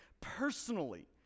personally